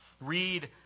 Read